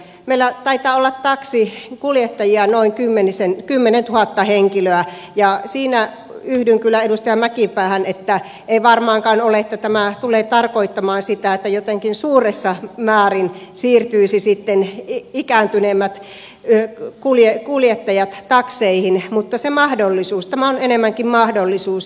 meillä taitaa olla taksinkuljettajia noin kymmenentuhatta henkilöä ja siinä yhdyn kyllä edustaja mäkipäähän että ei varmaankaan ole niin että tämä tulee tarkoittamaan sitä että jotenkin suuressa määrin ikääntyneemmät kuljettajat siirtyisivät sitten takseihin vaan tämä on enemmänkin mahdollisuus